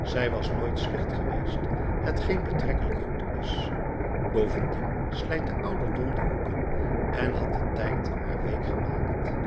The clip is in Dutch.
zij was nooit slecht geweest hetgeen betrekkelijk goed is bovendien slijt de ouderdom de hoeken en had de tijd haar week gemaakt